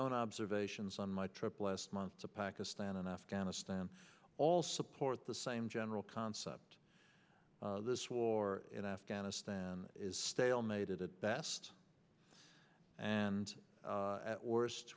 own observations on my trip last month to pakistan and afghanistan all support the same general concept this war in afghanistan is stalemated at best and at worst